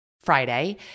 Friday